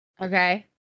Okay